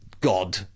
God